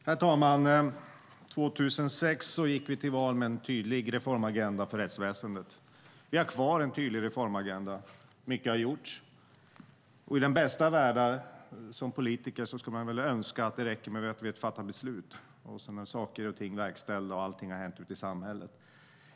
Herr talman! År 2006 gick vi till val med en tydlig reformagenda för rättsväsendet. Vi har kvar en tydlig reformagenda. Mycket har gjorts, och i den bästa av världar skulle man som politiker önska att det räckte med att fatta beslut för att saker och ting skulle bli verkställda och att allting skulle hända ute i samhället.